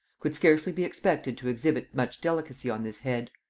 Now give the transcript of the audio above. could scarcely be expected to exhibit much delicacy on this head.